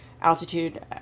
Altitude